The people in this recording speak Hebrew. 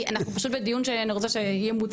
כי אנחנו פשוט בדיון שאני רוצה שימוצה.